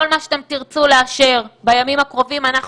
כל מה שאתם תרצו לאשר בימים הקרובים אנחנו